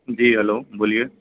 جی hello بولیے